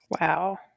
Wow